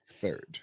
third